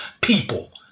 people